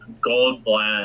Goldblatt